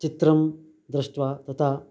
चित्रं दृष्ट्वा तथा